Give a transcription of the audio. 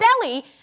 belly